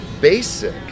basic